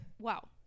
Wow